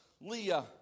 Leah